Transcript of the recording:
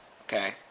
Okay